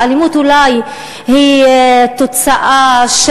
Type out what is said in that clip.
האלימות אולי היא התוצאה,